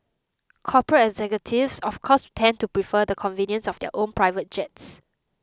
corporate executives of course tend to prefer the convenience of their own private jets